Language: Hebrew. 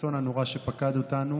באסון הנורא שפקד אותנו.